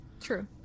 True